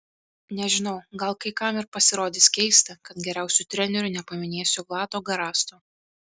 nežinau gal kai kam ir pasirodys keista kad geriausiu treneriu nepaminėsiu vlado garasto